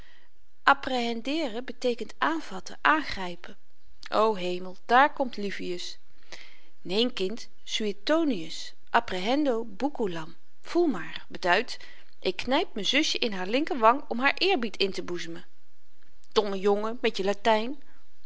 apprehendere beteekent aanvatten aangrypen o hemel daar komt livius neen kind suetonius apprehendo bucculam voel maar beduidt ik knyp m'n zusjen in haar linkerwang om haar eerbied inteboezemen domme jongen met je latyn